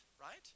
right